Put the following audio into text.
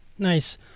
Nice